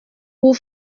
pour